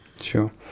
Sure